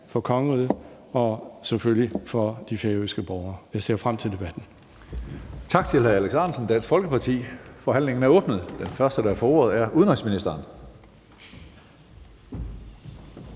for kongeriget og selvfølgelig for de færøske borgere. Jeg ser frem til debatten.